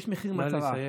יש מחיר מטרה,